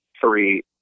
Three